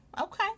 okay